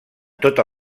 tota